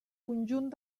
conjunt